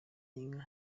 y’inka